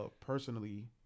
personally